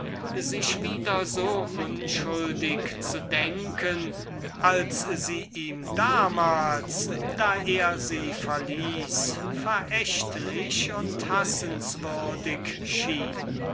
sich wieder so unschuldig vorzustellen als sie ihm damals da er sie verließ verächtlich und hassenswürdig schien